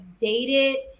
dated